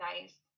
nice